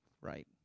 Right